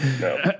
No